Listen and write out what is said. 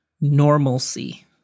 normalcy